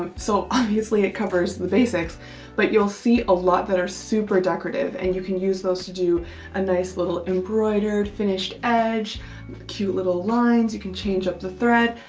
um so obviously it covers the basics but you'll see a lot that are super decorative and you can use those to do a nice little embroidered finished edge cute little lines. you can change up the thread.